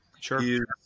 sure